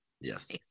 Yes